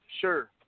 Sure